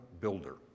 builder